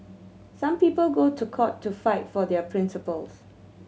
some people go to court to fight for their principles